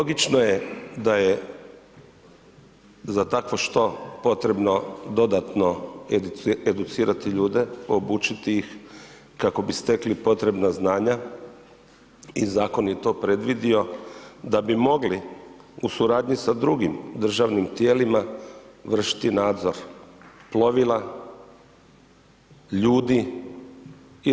Logično je da je za takvo što potrebno dodatno educirati ljude, obučiti ih kako bi stekli potrebna znanja i zakon je to predvidio da bi mogli u suradnji sa drugim državnim tijelima vršiti nadzor plovila, ljudi i roba.